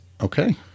Okay